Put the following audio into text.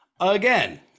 again